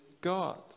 God